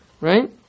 right